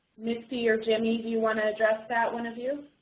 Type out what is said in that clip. misty or jimmy, do you want to address that one of you?